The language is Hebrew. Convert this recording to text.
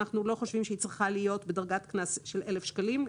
אנחנו לא חושבים שהיא צריכה להיות בדרגת קנס של 1,000 שקלים,